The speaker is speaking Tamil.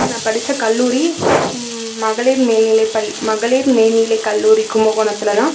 நான் படித்த கல்லூரி மகளிர் மேல்நிலை பள் மகளிர் மேல்நிலை கல்லூரி கும்பகோணத்தில் தான்